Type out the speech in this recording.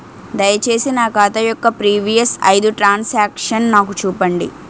దయచేసి నా ఖాతా యొక్క ప్రీవియస్ ఐదు ట్రాన్ సాంక్షన్ నాకు చూపండి